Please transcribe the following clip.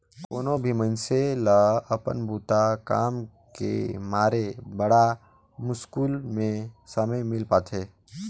कोनो भी मइनसे ल अपन बूता काम के मारे बड़ा मुस्कुल में समे मिल पाथें